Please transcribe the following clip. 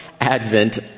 Advent